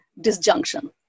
disjunction